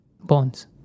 bonds